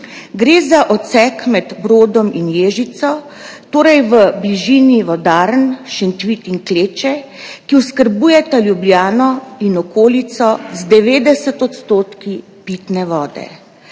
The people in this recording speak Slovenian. Gre za odsek med Brodom in Ježico, torej v bližini vodarn Šentvid in Kleče, ki oskrbujeta Ljubljano in okolico z 90 % pitne vode.